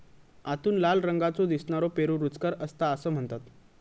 आतून लाल रंगाचो दिसनारो पेरू रुचकर असता असा म्हणतत